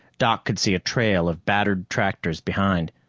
doc could see a trail of battered tractors behind,